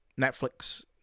Netflix